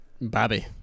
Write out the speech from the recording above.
bobby